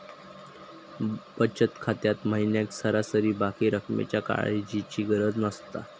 बचत खात्यात महिन्याक सरासरी बाकी रक्कमेच्या काळजीची गरज नसता